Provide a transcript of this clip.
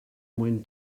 mwyn